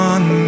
One